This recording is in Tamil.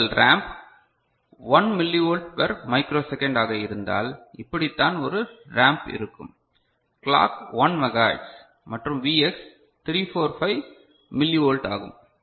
உங்கள் ramp 1 milli volt per micro second ஆக இருந்தால் இப்படித்தான் ஒரு ராம்ப் இருக்கும் கிளாக் 1 மெகாஹெர்ட்ஸ் மற்றும் Vx 345 மில்லிவோல்ட் ஆகும்